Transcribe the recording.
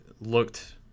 looked